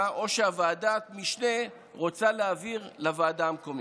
או שוועדת המשנה רוצה להעביר לוועדה המקומית.